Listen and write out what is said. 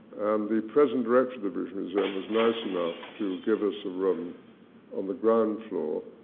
and the present director of the british museum was nice enough to give us a room on the ground floor,